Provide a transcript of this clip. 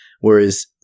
whereas